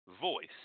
voice